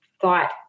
thought